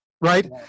Right